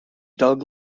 doug